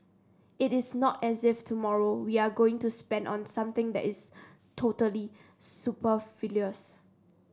it is not as if tomorrow we are going to spend on something that is totally superfluous